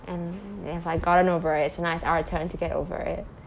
and they've like gotten over it so now it's our turn to get over it